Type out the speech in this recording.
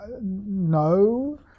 no